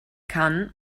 kann